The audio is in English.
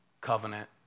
covenant